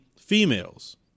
females